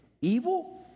evil